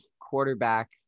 quarterback